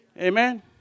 Amen